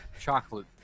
chocolate